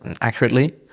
accurately